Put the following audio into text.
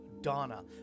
Donna